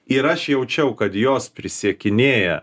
ir aš jaučiau kad jos prisiekinėja